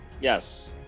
Yes